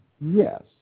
yes